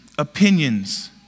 Opinions